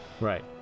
Right